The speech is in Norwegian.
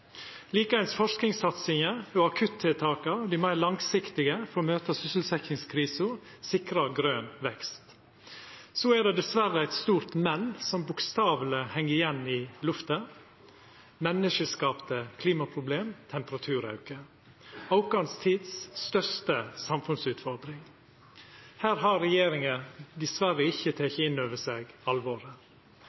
forskingssatsinga og akuttiltaka, dei meir langsiktige, for å møta sysselsettingskrisa og å sikra grøn vekst. Så er det dessverre eit stort «men», som bokstaveleg talt heng i lufta: menneskeskapte klimaproblem og temperaturauke – den største samfunnsutfordringa i vår tid. Her har regjeringa dessverre ikkje teke alvoret innover seg.